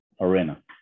arena